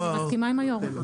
אני מסכימה עם היו"ר.